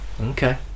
Okay